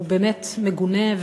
הוא באמת מגונה,